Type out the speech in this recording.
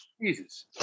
Jesus